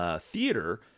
theater